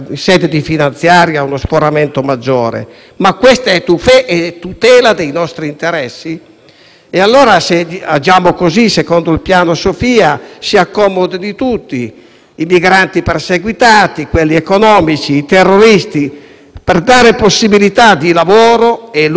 Se agiamo così, secondo il piano Sophia si devono accomodare tutti: i migranti perseguiti, quelli economici, i terroristi per dare possibilità di lavoro e lucro alle ONG, alle cooperative, agli imprenditori italiani senza scrupoli.